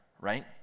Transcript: right